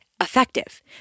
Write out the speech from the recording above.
effective